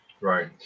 right